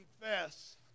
confess